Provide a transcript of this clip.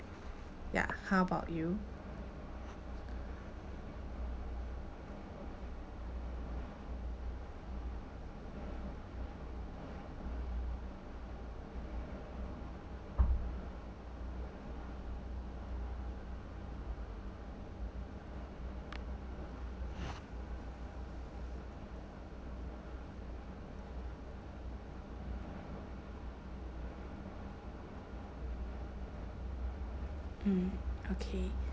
ya how about you mm okay